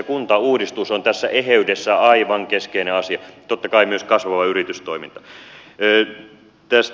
ja kuntauudistus on tässä eheydessä aivan keskeinen asia totta kai myös kasvava yritystoiminta